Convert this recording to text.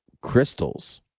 crystals